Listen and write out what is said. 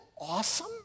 awesome